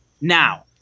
Now